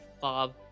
Bob